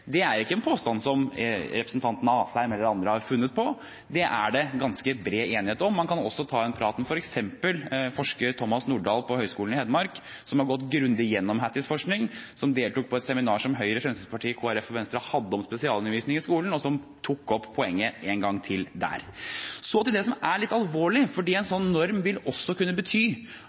det er ikke en påstand som representanten Asheim eller andre har funnet på. Det er det ganske bred enighet om. Man kan også ta en prat med f.eks. forsker Thomas Nordahl på Høgskolen i Hedmark, som har gått grundig gjennom Hatties forskning, som deltok på et seminar som Høyre, Fremskrittspartiet, Kristelig Folkepartiet og Venstre hadde om spesialundervisning i skolen, og som tok opp poenget en gang til der. Så til det som er litt alvorlig, fordi en